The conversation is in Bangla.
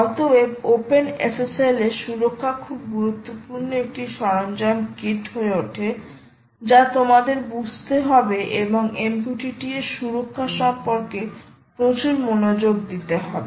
অতএব OpenSSL এ সুরক্ষা খুব গুরুত্বপূর্ণ একটি সরঞ্জাম কিট হয়ে ওঠে যা তোমাদের বুঝতে হবে এবং MQTT এর সুরক্ষা সম্পর্কে প্রচুর মনোযোগ দিতে হবে